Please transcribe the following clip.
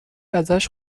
ازش